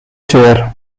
chair